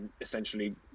essentially